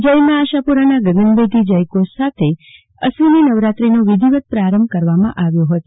જય મા આશાપુરા ના ગગનભેદી જયધોષ સાથે અશ્વિની નવરાત્રી નો વિઘિવત પ્રારંભ કરવામાં આવ્યો ફતો